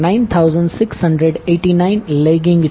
9689લેગિંગ છે